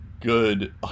good